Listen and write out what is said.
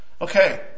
Okay